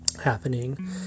happening